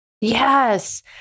Yes